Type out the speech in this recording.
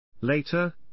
Later